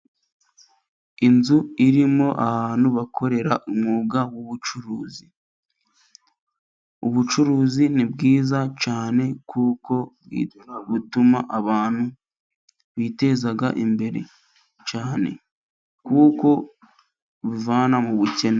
Inzu irimo abantu bakora umwuga w'ubucuruzi. Ubucuruzi ni bwiza cyane kuko butuma abantu biteza imbere cyangwa kuko bivana mu bukene.